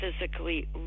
physically